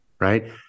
Right